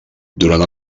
durant